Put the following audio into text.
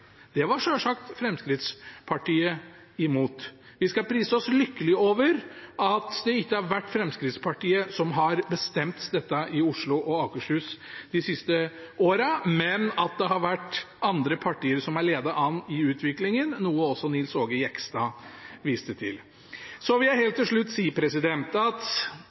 Det var selvsagt Fremskrittspartiet imot. Vi skal prise oss lykkelig over at det ikke har vært Fremskrittspartiet som har bestemt dette i Oslo og Akershus de siste årene, men at det har vært andre partier som har ledet an i utviklingen, noe også Nils Aage Jegstad viste til. Helt til slutt vil jeg si at